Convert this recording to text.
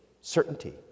certainty